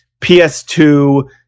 PS2